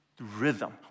Rhythm